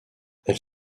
elle